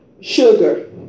sugar